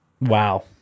wow